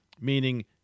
meaning